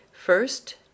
first